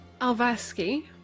Alvaski